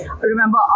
remember